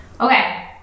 okay